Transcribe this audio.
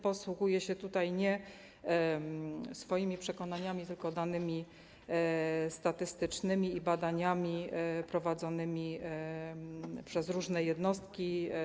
Posługuję się tutaj nie swoimi przekonaniami, tylko danymi statystycznymi i badaniami prowadzonymi przez różne jednostki.